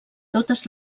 totes